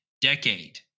decade